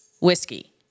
whiskey